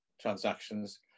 transactions